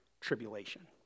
tribulation